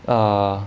err